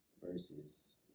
versus